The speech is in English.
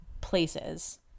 places